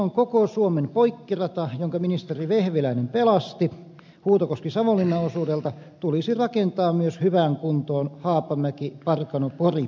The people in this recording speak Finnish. silloin koko suomen poikkirata jonka ministeri vehviläinen pelasti huutokoskisavonlinna osuudelta tulisi rakentaa myös hyvään kuntoon haapamäkiparkanopori osuudelta